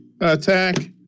attack